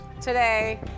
today